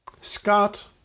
Scott